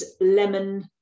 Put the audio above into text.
lemon